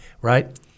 right